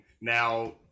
now